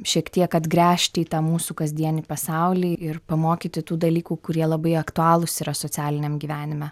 šiek tiek atgręžti į tą mūsų kasdienį pasaulį ir pamokyti tų dalykų kurie labai aktualūs yra socialiniam gyvenime